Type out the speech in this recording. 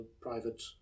private